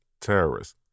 terrorists